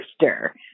sister